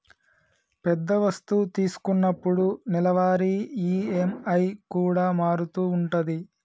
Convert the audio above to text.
పెద్ద వస్తువు తీసుకున్నప్పుడు నెలవారీ ఈ.ఎం.ఐ కూడా మారుతూ ఉంటది